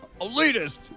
Elitist